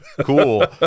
cool